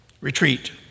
retreat